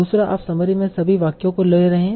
दूसरा आप समरी में सभी वाक्यों को ले रहे हैं